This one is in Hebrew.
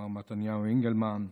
מר מתניהו אנגלמן,